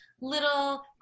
little